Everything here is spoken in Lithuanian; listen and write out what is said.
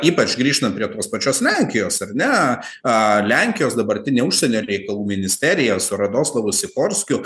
ypač grįžtant prie tos pačios lenkijos ar ne a lenkijos dabartinė užsienio reikalų ministerija su radoslaugu sikorskiu